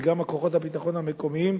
וגם כוחות הביטחון המקומיים,